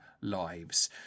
lives